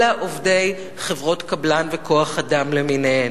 אלא עובדי חברות קבלן וכוח-אדם למיניהן.